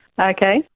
Okay